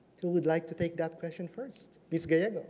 who would like to take that question first. ms. gallego.